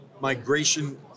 migration